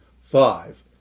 Five